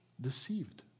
deceived